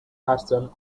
version